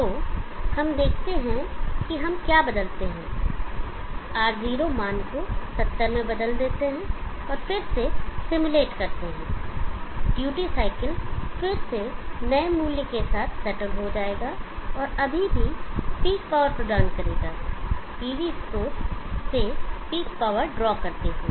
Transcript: तो हम देखते हैं कि हम क्या बदलते हैं R0 मान को 70 में बदल देते हैं और फिर से सिमुलेट करते हैं ड्यूटी साइकिल फिर से नए मूल्य के साथ सेटल हो जाएगा और अभी भी पीक पावर प्रदान करेगा पीवी स्रोत से पीक पावर ड्रा करते हुए